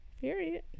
Period